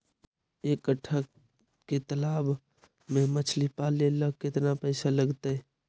एक कट्ठा के तालाब में मछली पाले ल केतना पैसा लगतै?